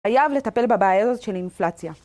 חייב לטפל בבעיות של אינפלציה